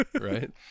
Right